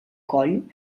coll